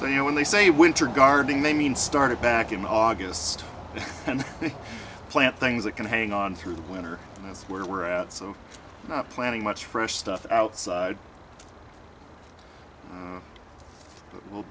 so you know when they say winter gardening they mean started back in august and plant things that can hang on through the winter and that's where we're at so not planning much fresh stuff outside will